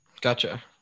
Gotcha